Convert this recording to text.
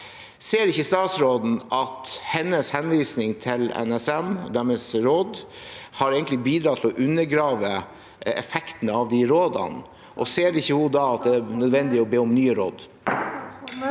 Ser ikke statsråden at hennes henvisning til NSM og deres råd egentlig har bidratt til å undergrave effekten av de rådene, og ser hun ikke at det da er nødvendig å be om nye råd?